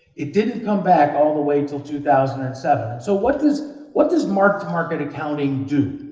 it didn't come back, all the way till two thousand and seven. so, what does what does mark-to-market accounting do?